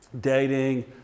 dating